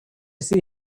see